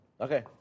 Okay